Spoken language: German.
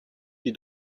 die